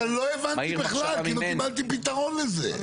אבל אני לא הבנתי בכלל, כי לא קיבלתי פתרון לזה.